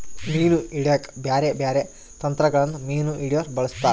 ಮೀನು ಹಿಡೆಕ ಬ್ಯಾರೆ ಬ್ಯಾರೆ ತಂತ್ರಗಳನ್ನ ಮೀನು ಹಿಡೊರು ಬಳಸ್ತಾರ